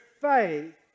faith